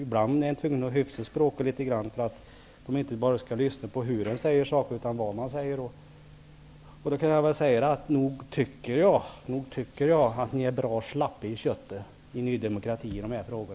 Ibland är man tvungen att hyfsa till språket litet grand så att människor inte bara lyssnar till hur man säger någonting utan lyssnar till vad man säger. Nog tycker jag att ni är bra slappa i köttet i Ny demokrati i dessa frågor.